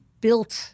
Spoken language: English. built